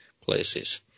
places